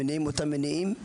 הם אותם מניעים?